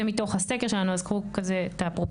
אז קחו את זה בפרופורציות.